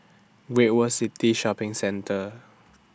Great World City Shopping Centre